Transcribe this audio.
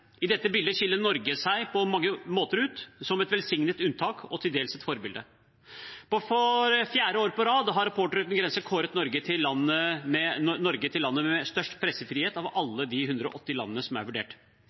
I dette bildet skiller Norge seg på mange måter ut som et velsignet unntak, og til dels et forbilde. For fjerde år på rad har Reportere uten grenser kåret Norge til landet med størst pressefrihet av alle de 180 landene som er vurdert.